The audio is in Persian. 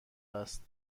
است